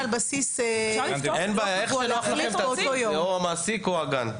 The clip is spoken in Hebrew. תעשו איך שנוח לכם, או המעסיק או הגן.